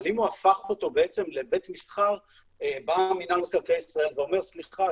אבל אם הוא הפך אותו לבית מסחר בא מינהל מקרקעי ישראל והם אמרו סליחה,